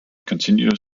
continued